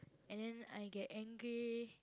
and then I get angry